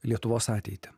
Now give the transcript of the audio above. lietuvos ateitį